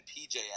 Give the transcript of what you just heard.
PJ